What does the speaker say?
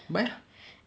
buy ah